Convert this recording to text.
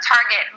target